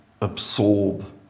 absorb